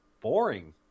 boring